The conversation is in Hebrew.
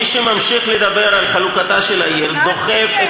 מי שממשיך לדבר על חלוקתה של העיר דוחף את